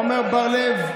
עמר בר לב,